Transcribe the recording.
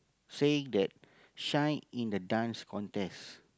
say that shine in the Dance Contest